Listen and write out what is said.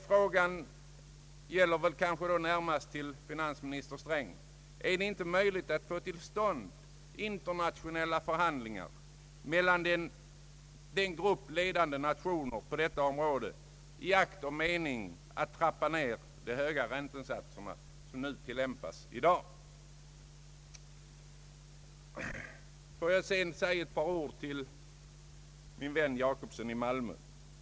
Jag vill då fråga finansminister Sträng: Är det inte möjligt att få till stånd internationella förhandlingar mellan de ledande nationerna på detta område i akt och mening att trappa ned de höga räntesatser som nu tilllämpas? Jag vill sedan säga ett par ord till min vän herr Jacobsson i Malmö.